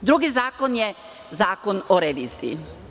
Drugi zakon je zakon o reviziji.